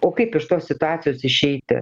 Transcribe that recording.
o kaip iš tos situacijos išeiti